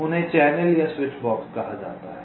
उन्हें चैनल या switch box कहा जाता है